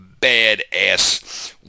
bad-ass